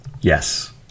Yes